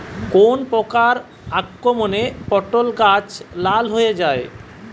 কোন প্রকার আক্রমণে পটল গাছ লাল হয়ে যায়?